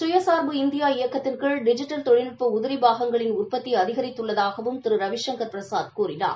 சுயசுா்பு India இயக்கத்தின் கீழ் digital தொழில்நுட்ப உதிரிப் பாகங்களின் உற்பத்தி அதிகரித்துள்ளதாகவும் திரு ரவிசுங்கர் பிரசாத் கூறினார்